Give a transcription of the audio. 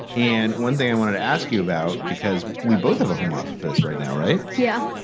and one thing i wanted to ask you about, because we both have a home office right now, right? yeah,